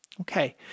Okay